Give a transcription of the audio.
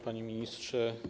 Panie Ministrze!